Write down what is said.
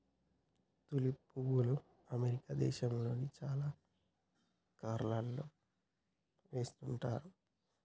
tulip పువ్వులు America దేశంలో చాలా కలర్లలో పూస్తుంటాయట